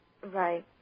Right